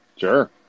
Sure